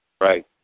Right